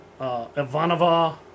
Ivanova